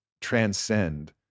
transcend